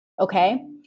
okay